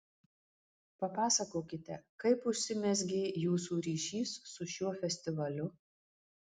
papasakokite kaip užsimezgė jūsų ryšys su šiuo festivaliu